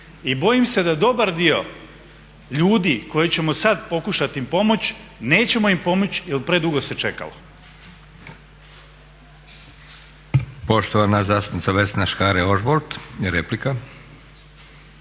i bojim se da dobar dio ljudi koje ćemo sad pokušati pomoći nećemo im pomoći jer predugo se čekalo.